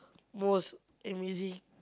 most amazing